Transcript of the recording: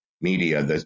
media